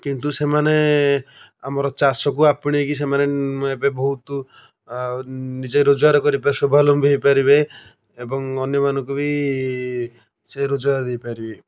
କିନ୍ତୁ ସେମାନେ ଆମର ଚାଷକୁ ଆପଣେଇକି ସେମାନେ ଏବେ ବହୁତ ନିଜେ ରୋଜଗାର କରିପାରିବେ ସ୍ଵାଭଲମ୍ବୀ ହେଇପାରିବେ ଏବଂ ଅନ୍ୟମାନଙ୍କୁ ବି ସେ ରୋଜଗାର ଦେଇପାରିବେ